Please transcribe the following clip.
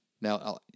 Now